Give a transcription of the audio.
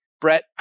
Brett